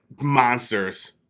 monsters